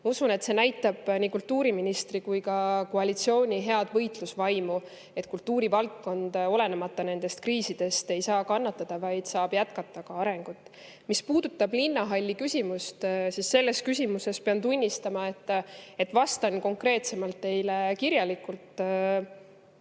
usun, et see näitab nii kultuuriministri kui ka koalitsiooni head võitlusvaimu, et kultuurivaldkond, olenemata nendest kriisidest, ei saa kannatada, vaid saab jätkata arengut. Mis puudutab linnahalli küsimust, siis pean vastama konkreetsemalt teile kirjalikult.